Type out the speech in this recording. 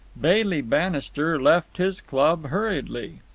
bailey bannister left his club hurriedly.